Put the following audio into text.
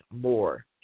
more